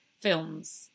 films